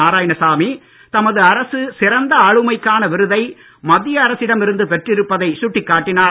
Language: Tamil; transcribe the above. நாராயணசாமி தமது அரசு சிறந்த ஆளுமைக்கான விருதை மத்திய அரசிடம் இருந்து பெற்றிருப்பதைச் சுட்டிக் காட்டினார்